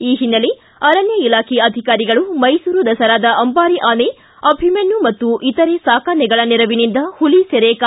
ಈ ಹಿನ್ನೆಲೆ ಅರಣ್ಯ ಇಲಾಖೆ ಅಧಿಕಾರಿಗಳು ಮೈಸೂರು ದಸರಾದ ಅಂಬಾರಿ ಆನೆ ಅಭಿಮನ್ಯು ಮತ್ತು ಇತರೆ ಸಾಕಾನೆಗಳ ನೆರವಿನಿಂದ ಹುಲಿ ಸೆರೆ ಕಾರ್ಯಚರಣೆ ನಡೆಸಿದರು